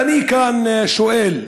ואני כאן שואל: